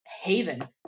haven